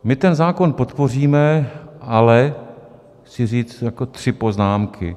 My ten zákon podpoříme, ale chci říct tři poznámky.